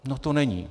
No, to není.